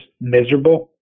miserable